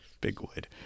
Bigwood